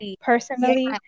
personally